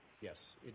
Yes